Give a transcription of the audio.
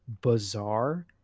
bizarre